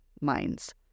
minds